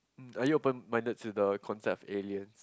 mm are you open minded to the concept of aliens